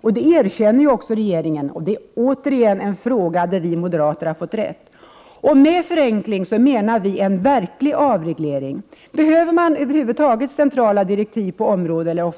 Detta erkänner ju också regeringen. Det är återigen en fråga där vi moderater fått rätt. Med förenkling menar vi en verklig avreglering. Behövs över huvud taget centrala direktiv på område